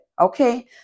Okay